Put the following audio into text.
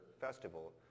festival